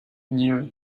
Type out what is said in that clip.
near